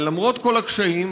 אבל למרות כל הקשיים,